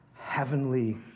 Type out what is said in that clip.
heavenly